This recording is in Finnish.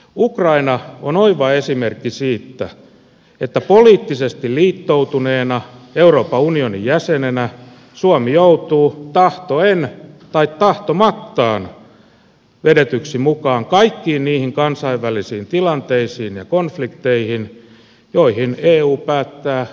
ukraina on oiva esimerkki siitä että poliittisesti liittoutuneena euroopan unionin jäsenenä suomi joutuu tahtoen tai tahtomattaan vedetyksi mukaan kaikkiin niihin kansainvälisiin tilanteisiin ja konflikteihin joihin eu päättää lähteä mukaan